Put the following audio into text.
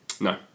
No